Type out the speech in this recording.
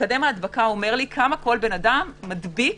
כמה כל אדם מדביק.